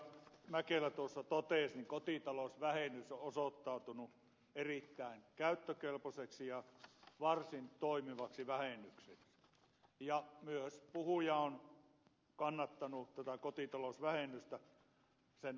outi mäkelä tuossa totesi kotita lousvähennys on osoittautunut erittäin käyttökelpoiseksi ja varsin toimivaksi vähennykseksi ja myös puhuja on kannattanut tätä kotitalousvähennystä sen alusta alkaen